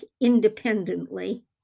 independently